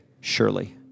surely